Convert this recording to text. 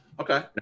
Okay